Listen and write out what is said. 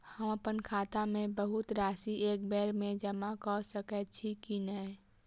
हम अप्पन खाता मे बहुत राशि एकबेर मे जमा कऽ सकैत छी की नै?